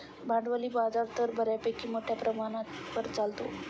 भांडवली बाजार तर बऱ्यापैकी मोठ्या प्रमाणावर चालतो